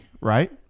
right